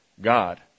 God